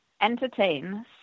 entertain